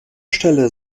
stelle